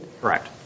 Correct